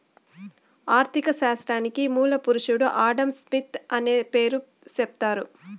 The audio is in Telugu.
ఆర్ధిక శాస్త్రానికి మూల పురుషుడు ఆడంస్మిత్ అనే పేరు సెప్తారు